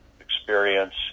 experience